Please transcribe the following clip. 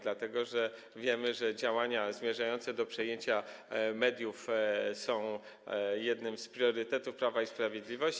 Dlatego że wiemy, że działania zmierzające do przejęcia mediów są jednym z priorytetów Prawa i Sprawiedliwości.